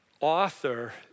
author